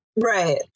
Right